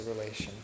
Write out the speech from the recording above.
relation